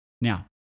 Now